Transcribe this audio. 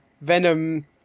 Venom